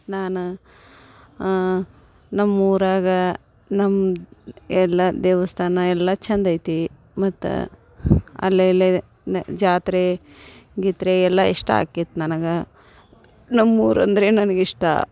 ನಾನು ನಮ್ಮ ಊರಾಗೆ ನಮ್ಮ ಎಲ್ಲ ದೇವಸ್ಥಾನ ಎಲ್ಲ ಚೆಂದ ಐತಿ ಮತ್ತು ಅಲ್ಲಲ್ಲೆ ನ ಜಾತ್ರೆ ಗಿತ್ರೆ ಎಲ್ಲ ಇಷ್ಟ ಆಕ್ತಿತ್ ನನಗೆ ನಮ್ಮ ಊರು ಅಂದರೆ ನನಗೆ ಇಷ್ಟ